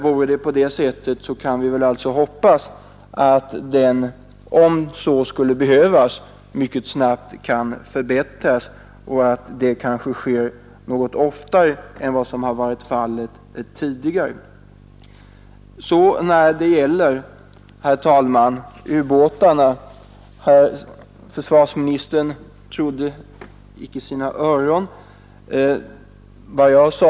Är det på detta sätt, kan vi alltså hoppas att den, om så skulle behövas, mycket snabbt och temporärt kan förbättras och att detta kanske sker något oftare än som varit fallet tidigare. När det sedan, herr talman, gäller ubåtarna, trodde inte herr försvarsministern sina öron när han hörde vad jag sade.